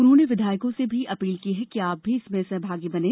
उन्होंने विधायकों से भी अपील की है कि आप भी इसमें सहभागी बनें